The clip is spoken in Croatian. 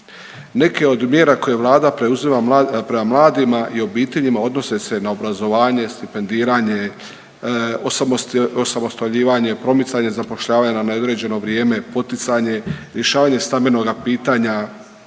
Neke od mjera koje vlada preuzima prema mladima i obiteljima odnose se na obrazovanje, stipendiranje, osamostaljivanje, promicanje zapošljavanja na neodređeno vrijeme, poticanje, rješavanje stambenoga pitanja,